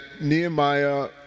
Nehemiah